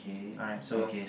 alright so